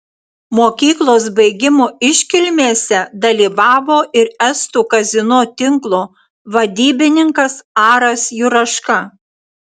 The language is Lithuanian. mokyklos baigimo iškilmėse dalyvavo ir estų kazino tinklo vadybininkas aras juraška